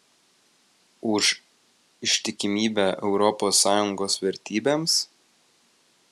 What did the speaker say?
už ištikimybę europos sąjungos vertybėms